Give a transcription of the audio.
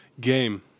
Game